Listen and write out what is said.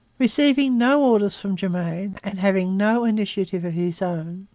receiving no orders from germain, and having no initiative of his own,